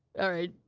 all right,